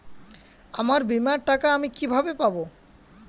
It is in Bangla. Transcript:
আমার বীমার টাকা আমি কিভাবে পাবো?